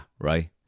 right